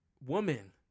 Woman